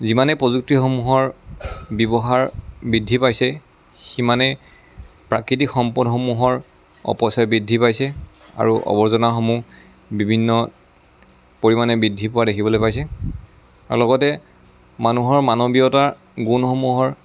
যিমানে প্ৰযুক্তিসমূহৰ ব্যৱহাৰ বৃদ্ধি পাইছে সিমানে প্ৰাকৃতিক সম্পদসমূহৰ অপচয় বৃদ্ধি পাইছে আৰু আৱৰ্জনাসমূহ বিভিন্ন পৰিমাণে বৃদ্ধি পোৱা দেখিবলৈ পাইছে আৰু লগতে মানুহৰ মানৱীয়তা গুণসমূহৰ